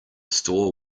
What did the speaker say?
store